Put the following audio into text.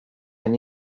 and